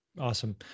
Awesome